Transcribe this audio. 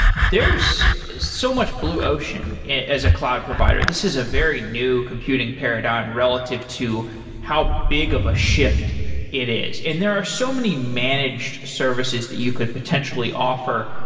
there's so much blue ocean as a cloud provider. this is a very new computing paradigm relative to how big of a shift it is. and there are so many managed services that you could potentially offer.